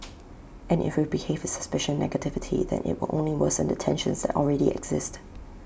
and if we behave with suspicion and negativity then IT will only worsen the tensions that already exist